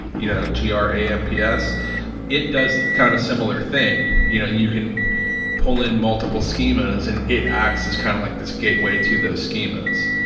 you know, like g r a m p s it does kind of similar thing. you know, you can pull in multiple schemas and it acts as kind of like this gateway to the schemas.